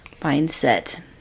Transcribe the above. mindset